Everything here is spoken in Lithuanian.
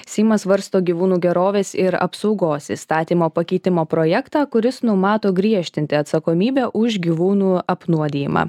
seimas svarsto gyvūnų gerovės ir apsaugos įstatymo pakeitimo projektą kuris numato griežtinti atsakomybę už gyvūnų apnuodijimą